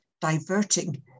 diverting